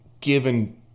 given